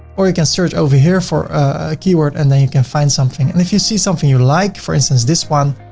or you can search over here for a keyword and then you can find something. and if you see something you like, for this one,